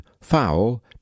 foul